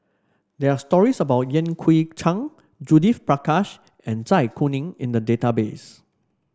there are stories about Yan Kui Chang Judith Prakash and Zai Kuning in the database